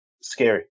Scary